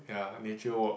ya nature walk